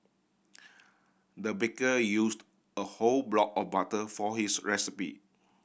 the baker used a whole block of butter for his recipe